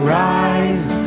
rise